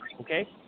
okay